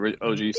OG